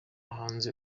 hanze